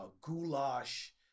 goulash